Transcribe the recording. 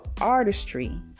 artistry